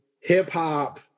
hip-hop